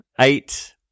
Eight